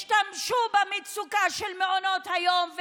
השתמשו במצוקה של מעונות היום,